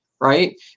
right